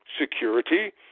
security